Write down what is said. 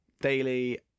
daily